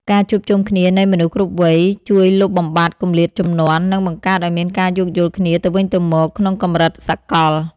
ការជួបជុំគ្នានៃមនុស្សគ្រប់វ័យ ជួយលុបបំបាត់គម្លាតជំនាន់ និងបង្កើតឱ្យមានការយោគយល់គ្នាទៅវិញទៅមកក្នុងកម្រិតសកល។